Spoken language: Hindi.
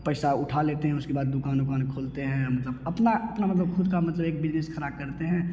पैसा उठा लेते उसके बाद दुकान उकान खोलते हैं मतलब अपना अपना मतलब खुद का एक बिजनेस खड़ा करते हैं